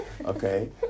Okay